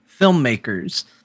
filmmakers